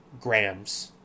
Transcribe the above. Grams